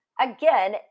again